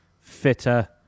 fitter